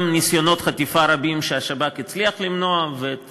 ניסיונות חטיפה רבים שהשב"כ הצליח למנוע ואת